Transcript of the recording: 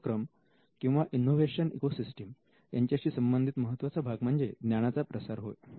नवोपक्रम किंवा innovation ecosystem यांच्याशी संबंधित महत्त्वाचा भाग म्हणजे ज्ञानाचा प्रसार होय